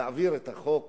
להעביר את החוק